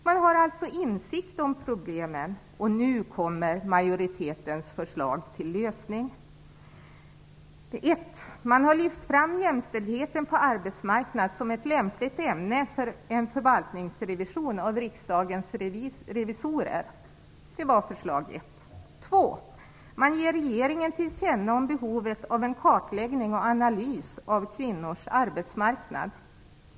Man har alltså insikt om problemen, och nu kommer majoritetens förslag till lösning. För det första har man lyft fram jämställdheten på arbetsmarknaden som ett lämpligt ämne för en förvaltningsrevision av riksdagens revisorer. För det andra ger man regeringen till känna behovet av en kartläggning och analys av kvinnors arbetsmarknad.